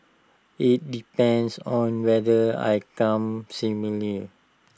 IT depends on whether I come similar